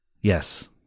Yes